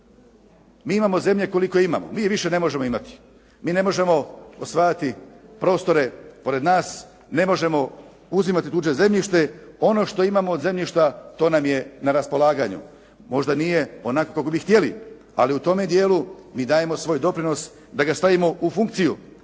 Mi imamo zemlje koliko imamo, mi je više ne možemo imati. Mi ne možemo osvajati prostore oko nas, ne možemo uzeti tuđe zemljište. Ono što imamo od zemljišta to nam je na raspolaganju. Možda nije onako kako bi htjeli, ali u tome dijelu mi dajemo svoj doprinos da ga stavimo u funkciju.